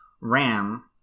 Ram